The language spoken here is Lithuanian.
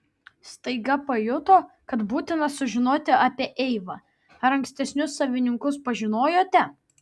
staiga pajuto kad būtina sužinoti apie eivą ar ankstesnius savininkus pažinojote